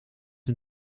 een